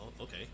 Okay